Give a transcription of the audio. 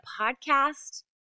podcast